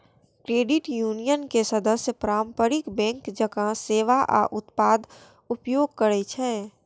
credit union के सदस्य पारंपरिक बैंक जकां सेवा आ उत्पादक उपयोग करै छै